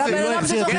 תבדוק.